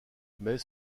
mais